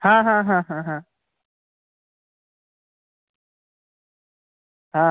হ্যাঁ হ্যাঁ হ্যাঁ হ্যাঁ হ্যাঁ হ্যাঁ